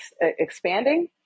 expanding